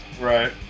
Right